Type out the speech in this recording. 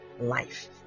life